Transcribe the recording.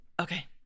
okay